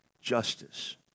justice